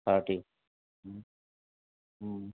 thirty